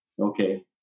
Okay